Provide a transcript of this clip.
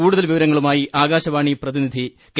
കൂടുതൽ വിവരങ്ങളുമായി ആകാശവാണി പ്രതിനിധി കെ